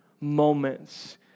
moments